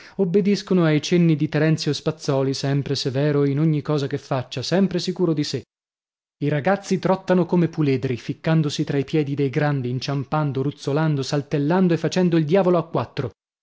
obbediscono ai cenni di terenzio spazzòli sempre severo in ogni cosa che faccia sempre sicuro di sè i ragazzi trottano come puledri ficcandosi tra i piedi dei grandi inciampando ruzzolando saltellando e facendo il diavolo a quattro